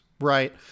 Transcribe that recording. right